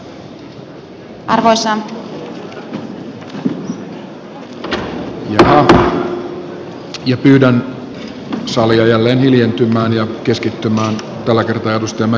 pyydän salia jälleen hiljentymään ja keskittymään tällä kertaa edustaja mäkisalo ropposen puheenvuoroon